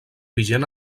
vigent